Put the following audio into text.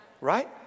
right